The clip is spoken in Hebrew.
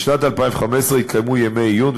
בשנת 2015 התקיימו ימי עיון,